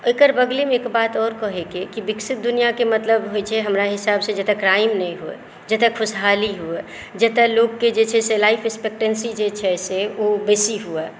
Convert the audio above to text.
एकर बदलामे एक बात आओर कहयके अहि कि विकसित दूनिआकेँ मतलब होइ छै हमरा हिसाबसँ जतय क्राइम नहि हुए जतय खुशहाली हुए जतय लोककेँ जे छै से लाइफ रिस्पेक्टेन्सी जे छै से ओ बेसी हुए